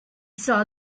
saw